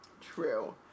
True